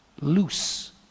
Loose